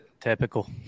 Typical